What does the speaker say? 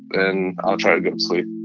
and i'll try to go to sleep